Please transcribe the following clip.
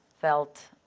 felt